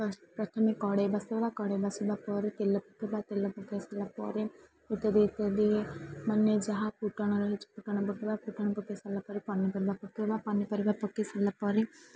ପ୍ରଥମେ କଢ଼େଇ ବସେଇବା କଢ଼େଇ ବସିବା ପରେ ତେଲ ପକେଇବା ତେଲ ପକେଇ ସାରିଲା ପରେ ଇତ୍ୟାଦି ଇତ୍ୟାଦି ମାନେ ଯାହା ଫୁଟଣ ରହିଛି ଫୁଟଣ ପକେଇବା ଫୁଟଣ ପକେଇ ସାରିଲା ପରେ ପନିପରିବା ପକେଇବା ପନିପରିବା ପକେଇ ସାରିଲା ପରେ